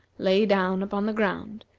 lay down upon the ground,